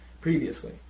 previously